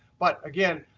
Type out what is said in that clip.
but again,